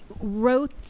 wrote